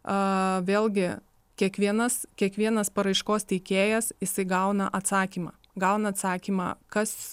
a vėlgi kiekvienas kiekvienas paraiškos teikėjas įsigauna atsakymą gauna atsakymą kas